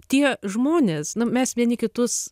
tie žmonės nu mes vieni kitus